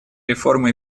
реформы